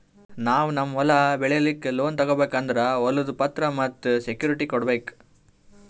ನಾವ್ ನಮ್ ಹೊಲ ಬೆಳಿಲಿಕ್ಕ್ ಲೋನ್ ತಗೋಬೇಕ್ ಅಂದ್ರ ಹೊಲದ್ ಪತ್ರ ಮತ್ತ್ ಸೆಕ್ಯೂರಿಟಿ ಕೊಡ್ಬೇಕ್